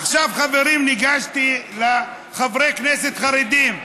עכשיו, חברים, ניגשתי לחברי הכנסת החרדים.